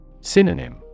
Synonym